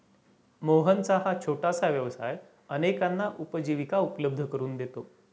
मोहनचा हा छोटासा व्यवसाय अनेकांना उपजीविका उपलब्ध करून देतो